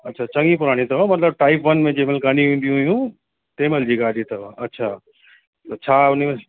अच्छा चङी पुराणी अथव मतिलबु टाइप वन जेमहिल गाॾी ईंदी हुयूं तेमहिल जी गाॾी अथव अच्छा त छा उन में